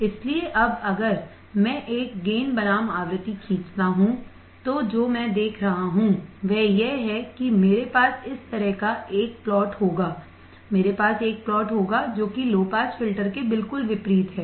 इसलिए अब अगर मैं एक गेन बनाम आवृत्ति खींचता हूं तो जो मैं देख रहा हूं वह यह है कि मेरे पास इस तरह का एक प्लॉट होगा मेरे पास एक प्लॉट होगा जो कि लो पास फिल्टर के बिल्कुल विपरीत है